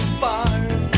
fire